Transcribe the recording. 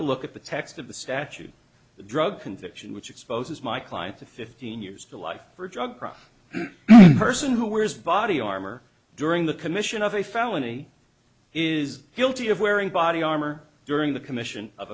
of the statute the drug conviction which exposes my client to fifteen years to life for a drug problem person who wears body armor during the commission of a felony is guilty of wearing body armor during the commission of